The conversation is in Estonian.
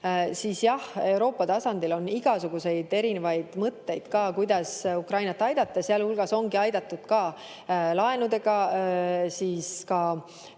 siis jah, Euroopa tasandil on igasuguseid erinevaid mõtteid, kuidas Ukrainat aidata, sealhulgas ongi aidatud ka laenudega. Maailmapank